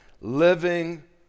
living